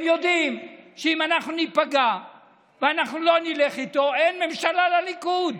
הם יודעים שאם אנחנו ניפגע ואנחנו לא נלך איתו אין ממשלה לליכוד,